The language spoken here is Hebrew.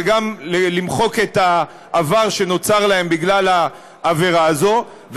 וגם למחיקת את העבר שנוצר להם בגלל העבירה הזאת,